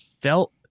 felt